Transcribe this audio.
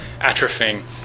atrophying